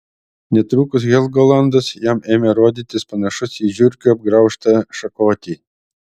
netrukus helgolandas jam ėmė rodytis panašus į žiurkių apgraužtą šakotį